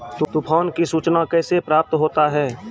तुफान की सुचना कैसे प्राप्त होता हैं?